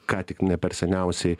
ką tik ne per seniausiai